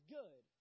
good